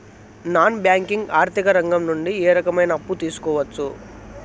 Non banking ఆర్థిక రంగం నుండి ఏ రకమైన అప్పు తీసుకోవచ్చు?